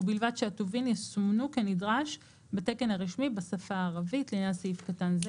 ובלבד שהטובין יסומנו כנדרש בתקן הרשמי בשפה הערבית; לעניין סעיף קטן זה